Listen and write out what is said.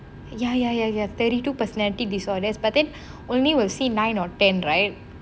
ya ya ya ya thirty two personality disorders but then only will see nine or ten right